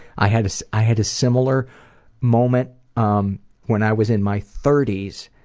i had so i had a similar moment um when i was in my thirties